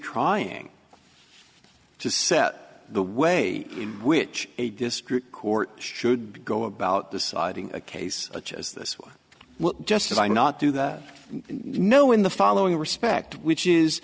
trying to set the way in which a district court should go about deciding a case such as this one will just as i not do that no in the following respect which is